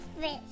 fish